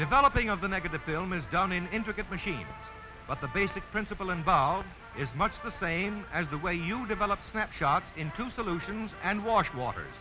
developing of the negative film is done in intricate machines but the basic principle involved is much the same as the way you develop a snapshot into solutions and watch water